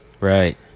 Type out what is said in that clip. Right